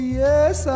yes